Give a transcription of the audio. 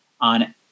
on